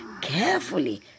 Carefully